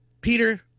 Peter